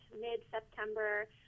mid-September